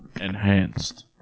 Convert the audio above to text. Enhanced